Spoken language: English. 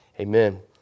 amen